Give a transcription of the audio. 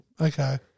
Okay